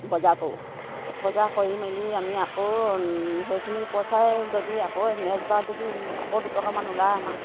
বজাৰ কৰোঁ বজাৰ কৰি মেলি আমি আকৌ সেইখিনি পইচাই যদি আকৌ নেক্সট বাৰ যদি আকৌ দুটকামান ওলায় আমাৰ